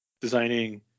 designing